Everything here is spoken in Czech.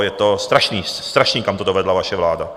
Je to strašné, strašné, kam to dovedla vaše vláda.